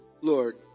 Lord